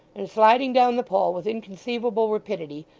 and sliding down the pole with inconceivable rapidity,